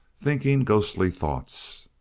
thinking ghostly thoughts.